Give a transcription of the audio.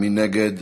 מי נגד?